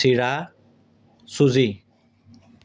চিৰা চুজি